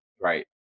Right